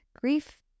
grief